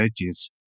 edges